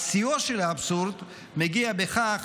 אז שיאו של האבסורד מגיע בכך